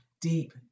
deep